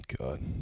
God